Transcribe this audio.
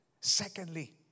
Secondly